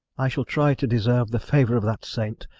i shall try to deserve the favour of that saint.